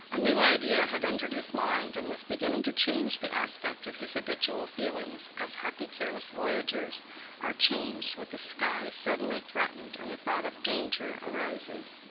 a new idea had entered his mind, and was beginning to change the aspect of his habitual feelings as happy careless voyagers are changed with the sky suddenly threatened and the thought of danger arises.